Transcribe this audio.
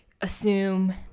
assume